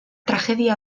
tragedia